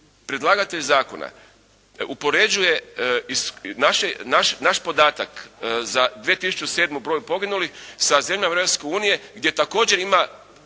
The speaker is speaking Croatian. predlagatelj zakona upoređuje naš podatak za 2007. broj poginulih sa zemljama Europske unije gdje također ima